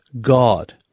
God